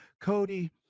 Cody